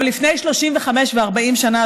אבל לפני 35 ו-40 שנה,